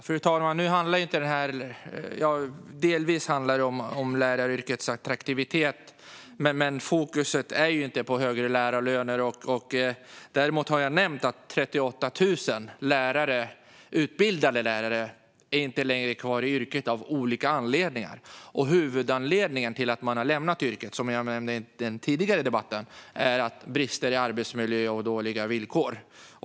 Fru talman! Det handlar delvis om läraryrkets attraktivitet. Men fokus är inte på högre lärarlöner. Jag har nämnt att 38 000 utbildade lärare av olika anledningar inte längre är kvar i yrket. Huvudanledningen till att man har lämnat yrket är, som jag nämnde i den tidigare debatten, bristande arbetsmiljö och dåliga villkor.